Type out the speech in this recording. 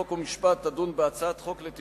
חוק ומשפט תדון בהצעות החוק האלה לשם הכנתן לקריאה